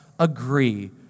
Agree